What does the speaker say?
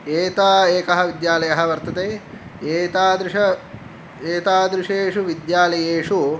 एता एकः विद्यालयः वर्तते एतादृश एतादृशेषु विद्यालयेषु